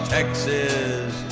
Texas